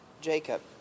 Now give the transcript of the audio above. Jacob